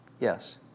Yes